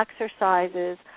exercises